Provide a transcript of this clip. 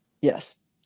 Yes